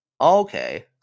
Okay